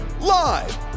Live